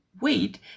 weight